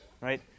right